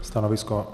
Stanovisko?